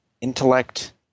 intellect